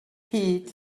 hyd